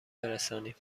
برسانیم